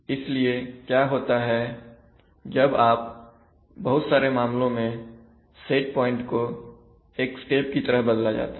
इसलिए क्या होता है जब आप बहुत सारे मामलों में सेट पॉइंट को एक स्टेप की तरह बदला जाता है